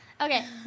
Okay